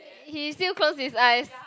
he still close his eyes